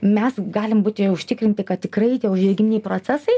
mes galim būti užtikrinti kad tikrai tie uždegiminiai procesai